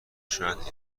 شاید